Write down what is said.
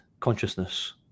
consciousness